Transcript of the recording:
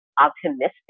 optimistic